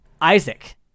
Isaac-